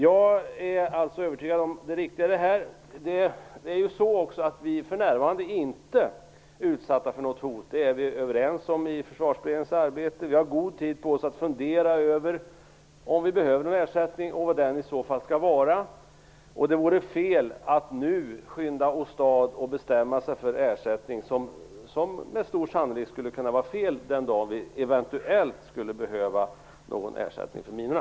Jag är alldeles övertygad om det riktiga i det här. Vi är för närvarande inte utsatta för något hot - det är vi överens om i Försvarsberedningens arbete. Vi har god tid på oss att fundera över om vi behöver någon ersättning och vilken den i så fall skall vara. Det vore fel att nu skynda åstad och bestämma sig för en ersättning som med stor sannolikhet skulle kunna vara fel den dag vi eventuellt skulle behöva en ersättning för minorna.